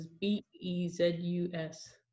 B-E-Z-U-S